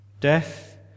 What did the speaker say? death